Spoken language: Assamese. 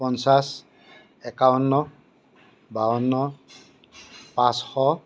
পঞ্চাছ একাৱন্ন বাৱন্ন পাঁচশ